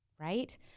right